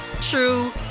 true